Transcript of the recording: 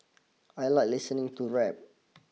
I like listening to rap